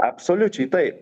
absoliučiai taip